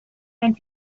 and